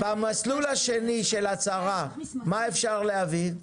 במסלול השני של הצהרה, מה אפשר להביא?